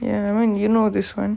ya lah you know this [one]